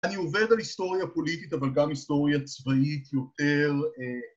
אני עובד על היסטוריה פוליטית אבל גם היסטוריה צבאית יותר